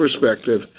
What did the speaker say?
perspective